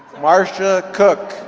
marsha cook,